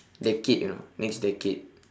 decade you know next decade